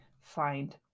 find